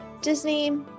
disney